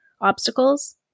obstacles